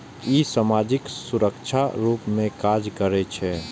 ई सामाजिक सुरक्षाक रूप मे काज करै छै